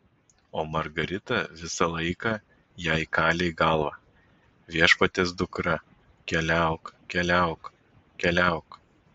o margarita visą laiką jai kalė į galvą viešpaties dukra keliauk keliauk keliauk